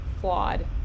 flawed